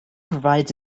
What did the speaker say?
provides